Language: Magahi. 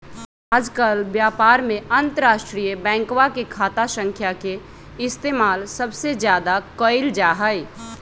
आजकल व्यापार में अंतर्राष्ट्रीय बैंकवा के खाता संख्या के इस्तेमाल सबसे ज्यादा कइल जाहई